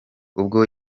ubwo